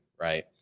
right